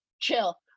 chill